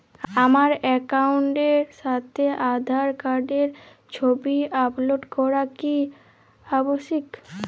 আমার অ্যাকাউন্টের সাথে আধার কার্ডের ছবি আপলোড করা কি আবশ্যিক?